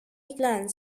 over